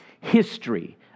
history